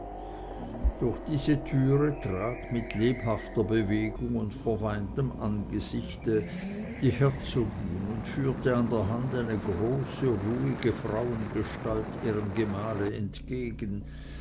durch diese türe trat mit lebhafter bewegung und verweintem angesichte die herzogin und führte an der hand eine große ruhige frauengestalt ihrem gemahle entgegen